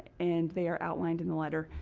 and they are outlined in the letter.